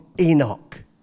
Enoch